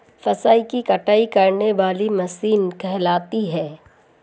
फसल की कटाई करने वाली मशीन कहलाती है?